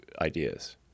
ideas